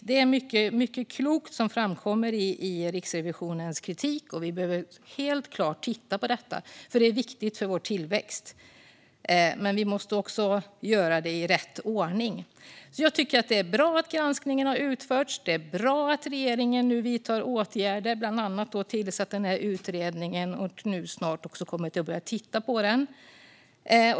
Det är mycket klokt som framkommer i Riksrevisionens kritik. Vi behöver helt klart titta på detta. Det är viktigt för vår tillväxt. Men vi måste också göra det i rätt ordning. Det är bra att granskningen har utförts. Det är bra att regeringen nu vidtar åtgärder. Den har bland annat tillsatt utredningen och kommer också snart att börja titta på den.